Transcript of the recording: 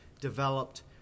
developed